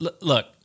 Look